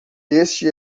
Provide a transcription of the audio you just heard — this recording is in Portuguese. este